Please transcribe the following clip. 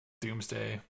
Doomsday